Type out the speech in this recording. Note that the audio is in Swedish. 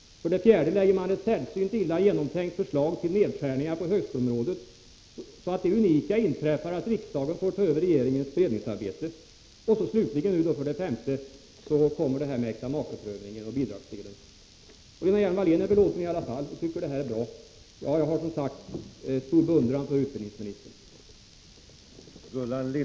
4. Utbildningsministern lägger fram ett sällsynt illa genomtänkt förslag till nedskärningar på högskoleområdet, så att det unika inträffar att riksdagen får ta över regeringens beredningsarbete. 5. Slutligen kommer det här med äktamakeprövningen och bidragsdelen. Lena Hjelm-Wallén är belåten i alla fall och tycker att det här är bra. Jag har som sagt stor beundran för utbildningsministern.